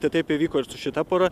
tai taip įvyko ir su šita pora